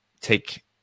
take